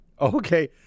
Okay